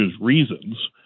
reasons